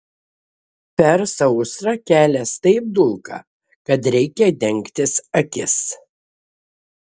per sausrą kelias taip dulka kad reikia dengtis akis